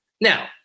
Now